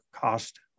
cost